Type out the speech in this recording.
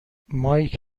مایک